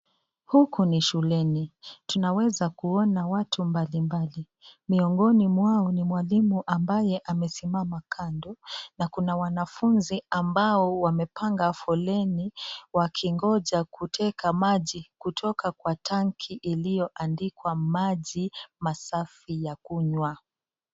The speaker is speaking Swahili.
Huku ni shuleni. Tunaweza kuona watu mbali mbali. Miongoni mwao ni mwalimu ambaye amesimama kando na kuna wanafunzi ambao wamepanga foleni wakingoja kuteka maji kutoka kwa tangi iliyoandikwa maji masafi ya kunywa.